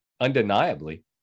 undeniably